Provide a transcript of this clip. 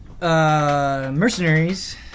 Mercenaries